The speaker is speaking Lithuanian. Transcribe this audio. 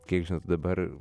kiek žinau tu dabar